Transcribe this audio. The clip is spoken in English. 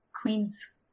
Queen's